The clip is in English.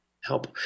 Help